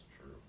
true